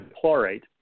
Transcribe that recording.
chlorate